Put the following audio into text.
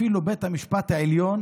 אפילו לבית המשפט העליון